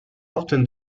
often